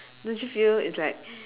don't you feel it's like